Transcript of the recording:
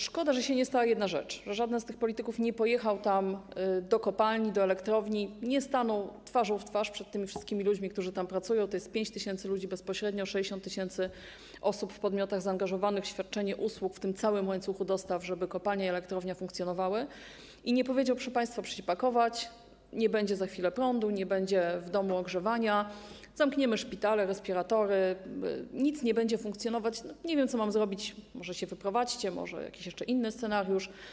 Szkoda, że się nie stała jedna rzecz, że żaden z tych polityków nie pojechał do kopalni, do elektrowni, nie stanął twarzą w twarz przed tymi wszystkimi ludźmi, którzy tam pracują - tam jest zatrudnionych 5 tys. ludzi bezpośrednio, 60 tys. osób w podmiotach zaangażowanych w świadczenie usług w tym całym łańcuchu dostaw, żeby kopalnia i elektrownia funkcjonowały - i nie powiedział: Proszę państwa, proszę się pakować, nie będzie za chwilę prądu, nie będzie w domu ogrzewania, zamkniemy szpitale, respiratory, nic nie będzie funkcjonować, nie wiem, co mam zrobić, może się wyprowadźcie, może jakiś jeszcze inny scenariusz.